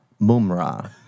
Mumra